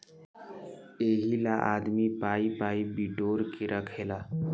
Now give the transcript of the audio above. एहिला आदमी पाइ पाइ बिटोर के रखेला